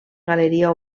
galeria